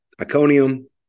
Iconium